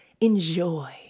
enjoy